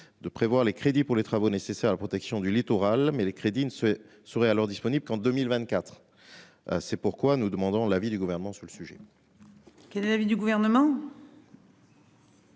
de prévoir les crédits pour les travaux nécessaires à la protection du littoral, mais les crédits ne seraient alors disponibles qu'en 2024. C'est pourquoi nous sollicitons l'avis du Gouvernement sur cet amendement. Quel est donc l'avis du Gouvernement ?